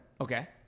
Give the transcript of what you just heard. Okay